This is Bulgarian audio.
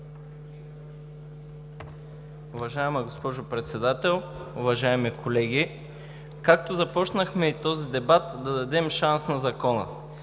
Уважаема госпожо Председател, уважаеми колеги! Започнахме и този дебат с „Да дадем шанс на закона“.